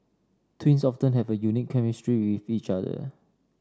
twins often have a unique chemistry with each other